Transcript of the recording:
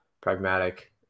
pragmatic